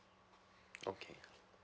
okay